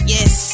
Yes